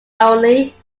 only